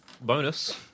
bonus